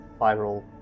viral